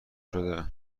شده